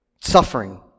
suffering